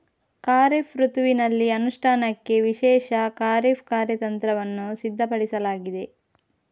ಖಾರಿಫ್ ಋತುವಿನಲ್ಲಿ ಅನುಷ್ಠಾನಕ್ಕೆ ವಿಶೇಷ ಖಾರಿಫ್ ಕಾರ್ಯತಂತ್ರವನ್ನು ಸಿದ್ಧಪಡಿಸಲಾಗಿದೆ